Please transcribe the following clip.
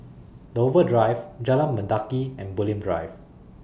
Dover Drive Jalan Mendaki and Bulim Drive